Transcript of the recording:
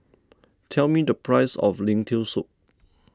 tell me the price of Lentil Soup